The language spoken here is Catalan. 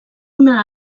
una